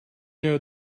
know